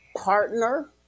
partner